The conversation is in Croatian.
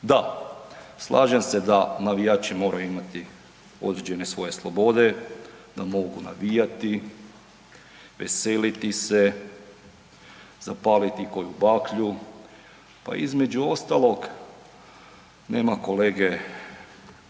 Da, slažem da navijači moraju imati određene svoje slobode, da mogu navijati, veseliti se, zapaliti koju baklju, a između ostalog nema kolege